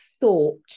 thought